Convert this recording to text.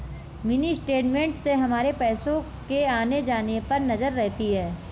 mini statement से हमारे पैसो के आने जाने पर नजर रहती है